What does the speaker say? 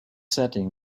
setting